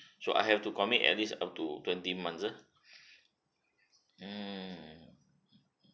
so I have to commit at least up to twenty month ah mm